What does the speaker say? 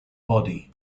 body